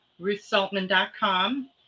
RuthSaltman.com